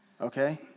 Okay